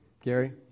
Gary